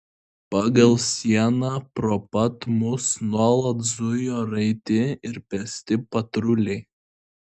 pagal sieną pro pat mus nuolat zujo raiti ir pėsti patruliai